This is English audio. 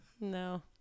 No